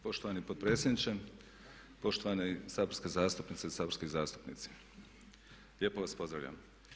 Poštovani potpredsjedniče, poštovane saborske zastupnice i saborski zastupnici lijepo vas pozdravljam.